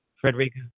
Frederica